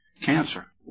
cancer